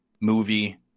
movie